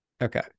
Okay